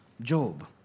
Job